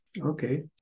Okay